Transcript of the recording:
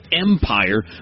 empire